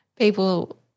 People